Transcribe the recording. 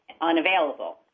unavailable